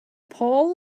paul